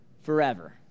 forever